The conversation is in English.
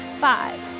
Five